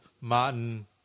Martin